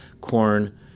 corn